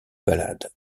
ballades